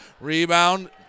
Rebound